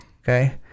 Okay